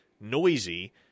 noisy